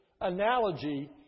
analogy